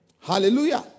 Hallelujah